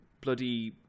bloody